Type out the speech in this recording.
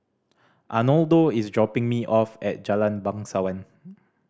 Arnoldo is dropping me off at Jalan Bangsawan